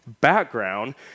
background